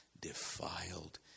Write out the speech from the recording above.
defiled